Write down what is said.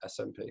SMP